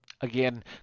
again